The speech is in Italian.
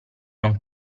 non